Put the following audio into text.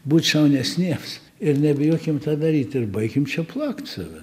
būt šaunesniems ir nebijokim tą daryt ir baikim čia plakt save